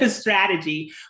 strategy